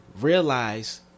realize